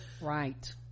Right